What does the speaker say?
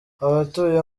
abatuye